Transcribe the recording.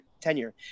tenure